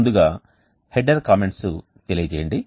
ముందుగా header comments తెలియజేయండి